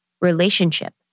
relationship